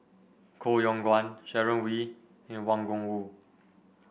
Koh Yong Guan Sharon Wee and Wang Gungwu